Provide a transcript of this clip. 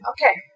Okay